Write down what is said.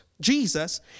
jesus